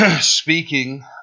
speaking